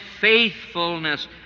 faithfulness